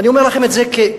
ואני אומר לכם את זה כיהודי,